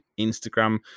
instagram